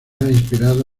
inspirado